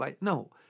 No